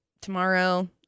tomorrow